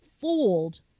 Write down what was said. fooled